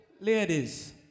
Ladies